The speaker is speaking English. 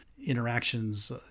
interactions